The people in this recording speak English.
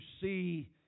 see